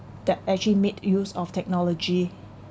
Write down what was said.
that actually made use of technology